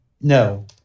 No